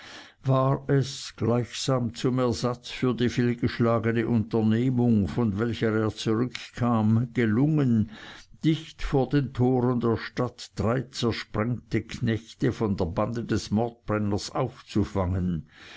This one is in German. war es gleichsam zum ersatz für die fehlgeschlagene unternehmung von welcher er zurückkam gelungen dicht vor den toren der stadt drei zersprengte knechte von der bande des mordbrenners aufzufangen